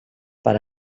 per